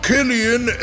Killian